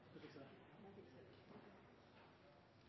president